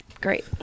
great